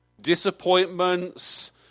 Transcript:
disappointments